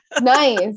Nice